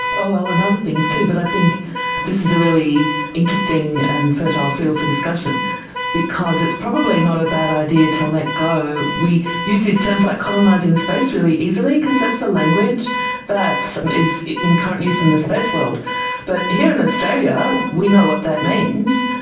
and other things too, but i think this is a really interesting and fertile field for discussion because it's probably not a bad idea to let go, we use these terms like colonising space really easily because that's the language that and is in current use in the space world but here in australia we know what that means,